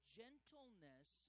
gentleness